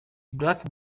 black